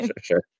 Sure